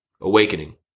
awakening